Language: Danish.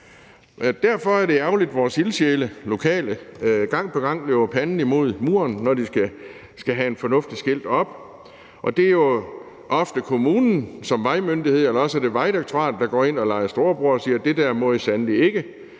Derfor er det ærgerligt, at vores lokale ildsjæle gang på gang løber panden imod muren, når de skal have et fornuftigt skilt sat op. Det er jo ofte kommunen som vejmyndighed, der afgør det, eller også er det Vejdirektoratet, der går ind og leger storebror og siger: Det der må I sandelig ikke;